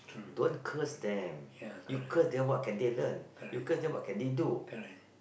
don't curse them you curse them what can they learn you curse them what can they do